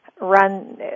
Run